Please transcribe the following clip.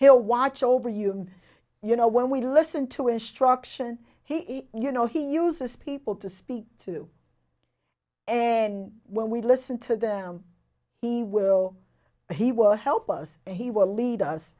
he'll watch over you and you know when we listen to instruction he you know he uses people to speak to and when we listen to them he will he will help us he will lead us